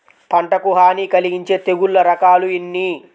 పంటకు హాని కలిగించే తెగుళ్ళ రకాలు ఎన్ని?